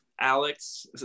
Alex